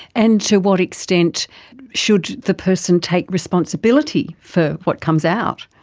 and to what extent should the person take responsibility for what comes out?